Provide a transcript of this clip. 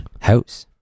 house